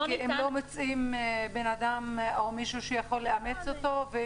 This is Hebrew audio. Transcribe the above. רק בגלל שלא מוצאים אדם שיכול לאמץ אותו?